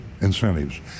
incentives